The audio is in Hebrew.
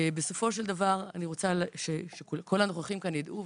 בסופו של דבר אני רוצה שכל הנוכחים כאן יידעו,